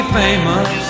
famous